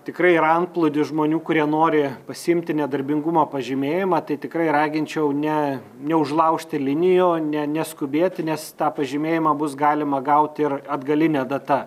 tikrai yra antplūdis žmonių kurie nori pasiimti nedarbingumo pažymėjimą tai tikrai raginčiau ne neužlaužti linijų ne neskubėti nes tą pažymėjimą bus galima gaut ir atgaline data